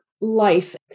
life